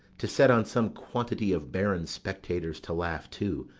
to set on some quantity of barren spectators to laugh too,